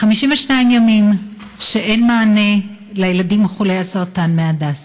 52 ימים שאין מענה לילדים חולי הסרטן מהדסה.